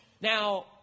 Now